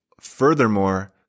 Furthermore